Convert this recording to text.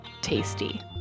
Tasty